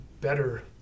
better